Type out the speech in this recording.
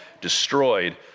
destroyed